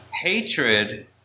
Hatred